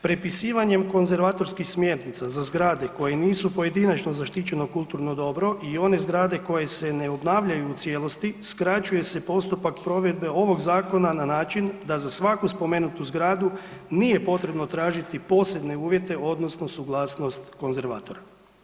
Prepisivanjem konzervatorskih smjernica za zgrade koje nisu pojedinačno zaštićeno kulturno dobro i one zgrade koje se ne obnavljaju u cijelosti, skraćuje se postupak provedbe ovog zakona na način da za svaku spomenutu zgradu nije potrebno tražiti posebne uvjete odnosno suglasnost konzervatora.